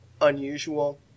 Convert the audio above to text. unusual